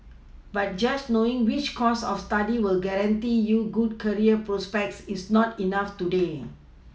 but just knowing which course of study will guarantee you good career prospects is not enough today